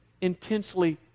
intensely